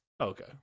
okay